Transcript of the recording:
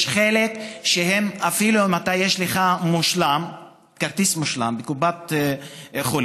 יש חלק שאפילו אם יש לך כרטיס "מושלם" מקופת חולים,